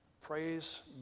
Praise